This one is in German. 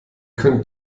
könnt